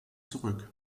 zurück